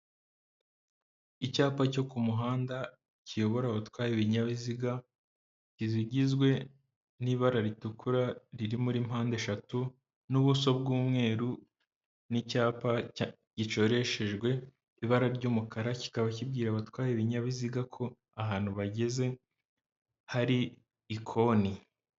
Icyapa cyo ku muhanda kiyobora abatwara ibinyabiziga kizigizwe n'ibara ritukura riri muri mpande eshatu n'ubuso bw'umweru n'icyapa gicoreshejwe ibara ry'umukara, kikaba kibwira abatwaye ibinyabiziga ko ahantu bageze hari ikoni.